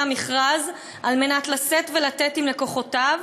המכרז על מנת לשאת ולתת עם לקוחותיו,